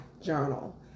journal